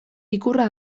ikurra